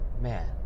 man